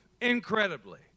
incredibly